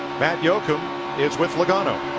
matt yoakam is with logano.